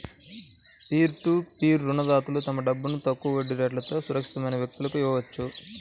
peer to peer రుణదాతలు తమ డబ్బును తక్కువ వడ్డీ రేట్లతో సురక్షితమైన వ్యక్తులకు ఇవ్వొచ్చు